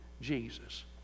Jesus